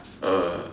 uh